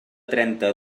trenta